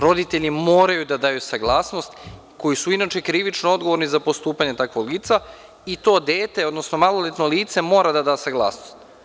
Roditelji moraju da daju saglasnost, koji su inače krivično odgovorni za postupanje takvog lica, i to dete, odnosno maloletno lice mora da da saglasnost.